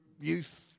youth